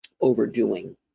overdoing